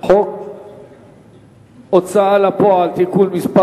חוק ההוצאה לפועל (תיקון מס'